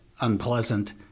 unpleasant